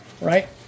Right